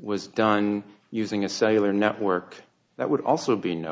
was done using a cellular network that would also be no